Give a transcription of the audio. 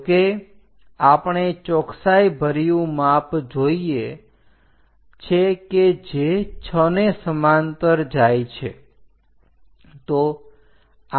જો કે આપણે ચોકસાઈભર્યું માપ જોઈએ છે કે જે 6 ને સમાંતર જાય છે